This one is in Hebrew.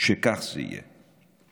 שכך זה יהיה.